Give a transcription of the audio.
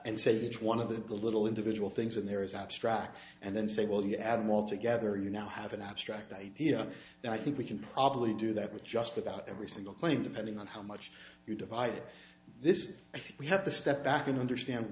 and said it's one of the little individual things and there is abstract and then say well you atom all together you now have an abstract idea and i think we can probably do that with just about every single claim depending on how much you divide this is we have to step back and understand